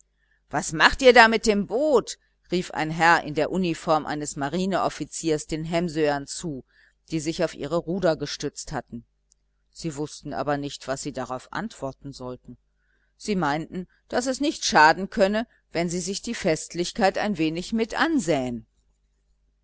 was macht ihr da mit dem boot rief ein herr in der uniform eines marineoffiziers den hemsöern zu die sich auf ihre ruder gestützt hatten sie wußten aber nicht was sie darauf antworten sollten sie meinten daß es nicht schaden könne wenn sie sich die feierlichkeit ein wenig mit ansähen